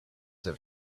have